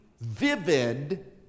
vivid